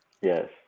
Yes